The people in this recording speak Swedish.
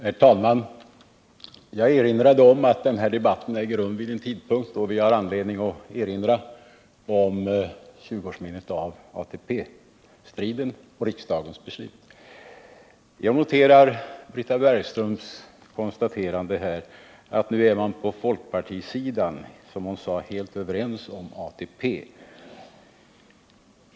Herr talman! Jag påminde tidigare om att denna debatt äger rum vid en tidpunkt då vi har anledning att erinra om 20-årsminnet av ATP-striden och riksdagens beslut i den frågan. Jag noterar att Britta Bergström framhöll att man nu inom folkpartiet är, som hon sade, helt överens om ATP.